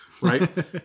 right